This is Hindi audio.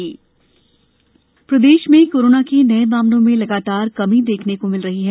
कोरोना प्रदेश प्रदेश में कोरोना के नये मामलों में लगातार कमी देखने को मिल रही है